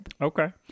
okay